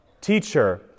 teacher